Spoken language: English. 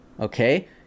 Okay